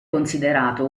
considerato